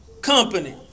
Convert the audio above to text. company